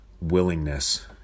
willingness